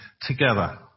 together